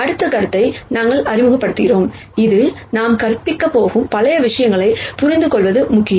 அடுத்த கருத்தை நாங்கள் அறிமுகப்படுத்துகிறோம் இது நாம் கற்பிக்கப் போகும் பல விஷயங்களைப் புரிந்துகொள்வது முக்கியம்